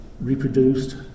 reproduced